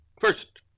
First